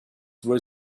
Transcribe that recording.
were